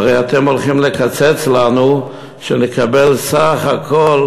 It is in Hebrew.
והרי אתם הולכים לקצץ לנו, שנקבל סך הכול